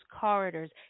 corridors